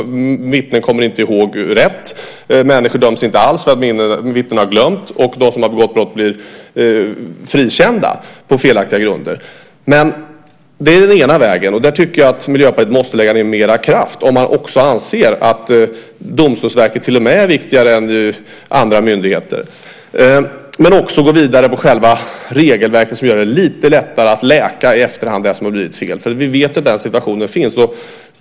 Vittnen kommer inte ihåg rätt. Människor döms inte alls för vittnen har glömt, och de som har begått brott blir frikända på felaktiga grunder. Det är den ena vägen. Där tycker jag att Miljöpartiet måste lägga ned mer kraft om man anser att Domstolsverket till och med är viktigare än andra myndigheter. Man måste också gå vidare med själva regelverket och göra det lite lättare att i efterhand läka det som har blivit fel. Vi vet att den situationen finns.